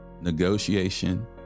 negotiation